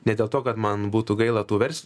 ne dėl to kad man būtų gaila tų vers